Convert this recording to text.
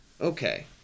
Okay